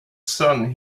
sun